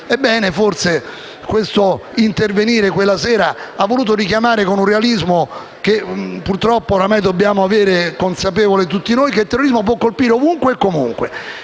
Ebbene, forse questo intervenire quella sera ha voluto richiamarci, con un realismo che, purtroppo, dobbiamo ormai consapevolmente nutrire tutti noi, al fatto che il terrorismo può colpire ovunque e comunque.